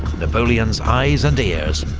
napoleon's eyes and ears,